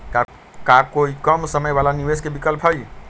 का कोई कम समय वाला निवेस के विकल्प हई?